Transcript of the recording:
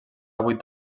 vuit